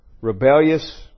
rebellious